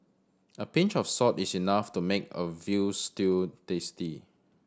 a pinch of salt is enough to make a veal stew tasty